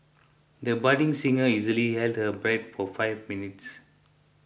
the budding singer easily held her breath for five minutes